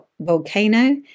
volcano